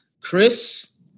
Chris